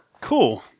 Cool